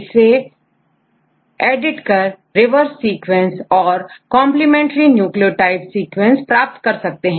इसे एडिट कर आप रिवर्स सीक्वेंस और कंप्लीमेंट्री न्यूक्लियोटाइड सीक्वेंस प्राप्त कर सकते हैं